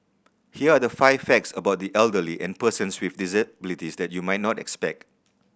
here are the five facts about the elderly and persons with disabilities that you might not expect